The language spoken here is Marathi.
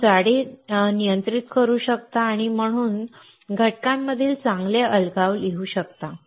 आपण जाडी नियंत्रित करू शकता आणि म्हणून घटकांमधील चांगले अलगाव लिहू शकता